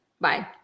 Bye